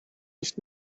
nicht